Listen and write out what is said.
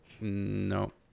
No